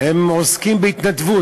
עוסקים בהתנדבות.